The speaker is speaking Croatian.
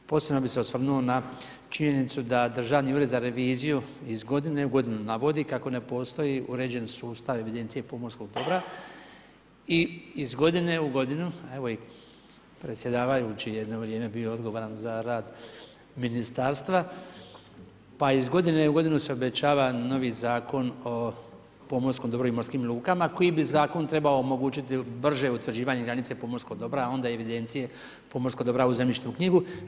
Posebno bih se osvrnuo na činjenicu da Državni ured za reviziju iz godine u godinu navodi kako ne postoji uređen sustav evidencije pomorskog dobra i iz godine u godinu, a evo i predsjedavajući je jedno vrijeme bio odgovoran za rad ministarstva, pa iz godine u godinu se obećava novi Zakon o pomorskom dobru i morskim lukama koji bi zakon mogao omogućiti brže utvrđivanje granice pomorskog dobra, a onda i evidencije pomorskog dobra u zemljišnu knjigu.